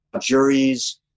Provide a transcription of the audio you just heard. juries